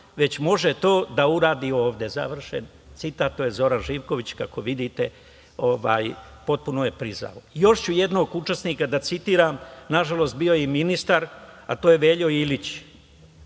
već može to da uradi ovde. Završen citat. To je Zoran Živković. Kako vidite, potpuno je priznao. Još jednog ću učesnika da citiram, nažalost, on je bio i ministar, Velja Ilić.